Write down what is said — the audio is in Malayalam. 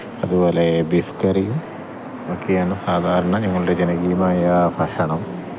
അതുപോലെ ബീഫ് കറിയും ഒക്കെയാണ് സാധാരണ ഞങ്ങളുടെ ജനകീയമായ ഭക്ഷണം